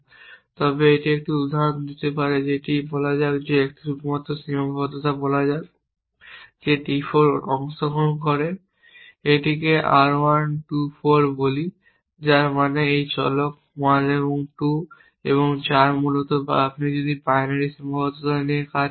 তবে একটি উদাহরণ দিতে যেটি বলা যাক শুধুমাত্র সীমাবদ্ধতা বলা যাক যে d 4 অংশগ্রহণ করে এটিকে R 1 2 4 বলি যার মানে এই চলক 1 এবং 2 এবং 4 মূলত বা আপনি যদি বাইনারি সীমাবদ্ধতা নিয়ে কাজ করতে চান